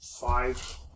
Five